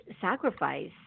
sacrifice